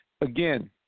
Again